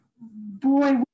boy